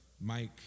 Mike